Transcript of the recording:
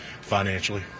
financially